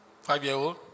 five-year-old